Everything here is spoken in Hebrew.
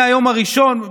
מהיום הראשון,